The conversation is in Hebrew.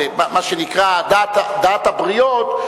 מה שנקרא דעת הבריות,